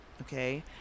okay